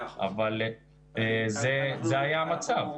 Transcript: זה היה המצב.